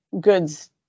goods